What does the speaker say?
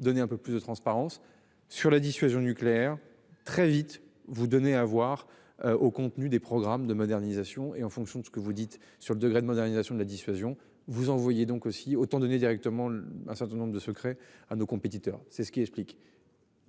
donner un peu plus de transparence sur la dissuasion nucléaire très vite vous donner à voir au contenu des programmes de modernisation et en fonction de ce que vous dites sur le degré de modernisation de la dissuasion, vous envoyez donc aussi autant donner directement un certain nombre de secrets à nos compétiteurs. C'est ce qui explique.